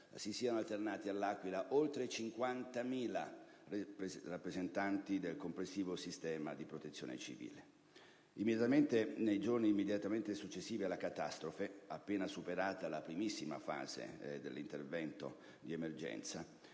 si siano alternati all'Aquila oltre 50.000 rappresentanti del complessivo sistema di Protezione civile. Nei giorni immediatamente successivi alla catastrofe, appena superata la primissima fase dell'intervento di emergenza,